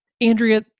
Andrea